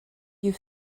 you